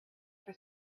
for